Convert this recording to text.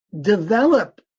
develop